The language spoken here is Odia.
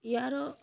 ୟାର